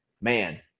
man